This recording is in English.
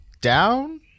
down